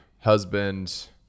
husband